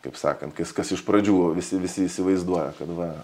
kaip sakant kas kas iš pradžių visi visi įsivaizduoja kad va